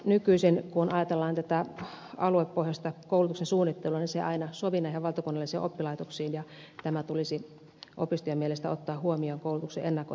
nykyisin kun ajatellaan tätä aluepohjaista koulutuksen suunnittelua niin se ei aina sovi näihin valtakunnallisiin oppilaitoksiin ja tämä tulisi opistojen mielestä ottaa huomioon koulutuksen ennakointityössä